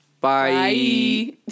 Bye